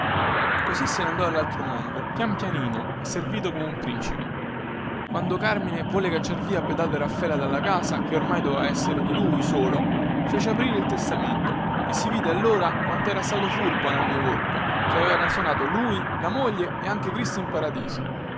così se ne andò allaltro mondo pian pianino e servito come un principe quando carmine volle cacciar via a pedate raffaela dalla casa che oramai doveva esser di lui solo fece aprire il testamento e si vide allora quantera stato furbo nanni volpe che aveva canzonato lui la moglie e anche cristo in paradiso